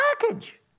package